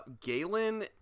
Galen